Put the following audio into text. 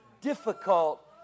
difficult